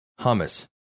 hummus